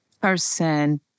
person